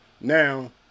Now